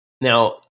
Now